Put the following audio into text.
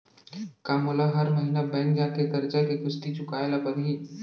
का मोला हर महीना बैंक जाके करजा के किस्ती चुकाए ल परहि?